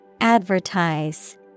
Advertise